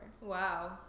wow